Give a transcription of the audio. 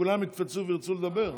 כן רוצה לברך שבסיכום של המשא ומתן